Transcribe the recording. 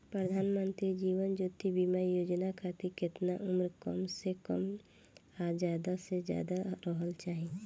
प्रधानमंत्री जीवन ज्योती बीमा योजना खातिर केतना उम्र कम से कम आ ज्यादा से ज्यादा रहल चाहि?